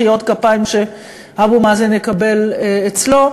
מחיאות כפיים שאבו מאזן יקבל אצלו.